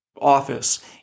office